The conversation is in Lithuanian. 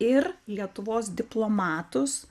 ir lietuvos diplomatus